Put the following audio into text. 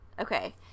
Okay